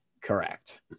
Correct